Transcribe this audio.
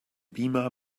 beamer